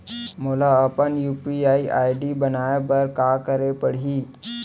मोला अपन UPI ID बनाए बर का करे पड़ही?